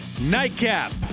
Nightcap